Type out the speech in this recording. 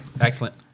Excellent